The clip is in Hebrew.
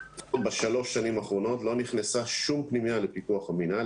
בשלוש השנים האחרונות לא נכנסה שום פנימייה לפיקוח המינהל.